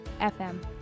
FM